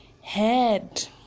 head